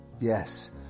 Yes